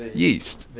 yeast.